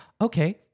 okay